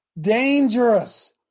Dangerous